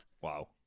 Wow